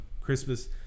Christmas